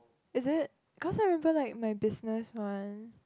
is it cause I remember like my business one